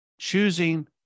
choosing